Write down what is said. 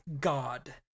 God